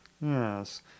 Yes